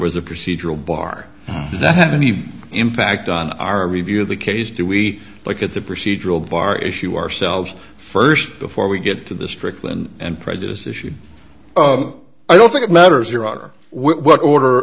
was a procedural bar that had any impact on our review of the case do we look at the procedural bar issue ourselves first before we get to the strickland and prejudice issue i don't think it matters your honor what order